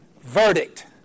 verdict